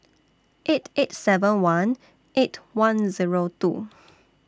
eight eight seven one eight one Zero two